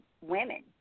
women